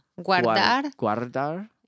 Guardar